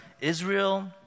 Israel